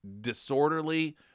disorderly